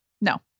No